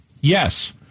Yes